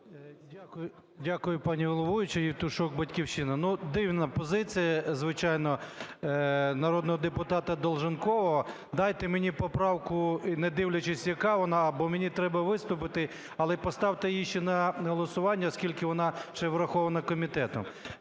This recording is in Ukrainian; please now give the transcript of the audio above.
Дякую, пані головуюча. Євтушок, "Батьківщина". Ну, дивна позиція, звичайно, народного депутата Долженкова. Дайте мені поправку і, не дивлячись, яка вона, бо мені треба виступити, але поставте її ще на голосування, оскільки вона ще й врахована комітетом.